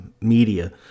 Media